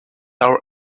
our